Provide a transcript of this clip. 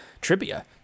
trivia